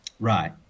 Right